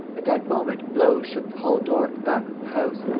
at that moment, blows shook the hall-door at the back of the house.